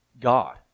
God